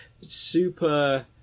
super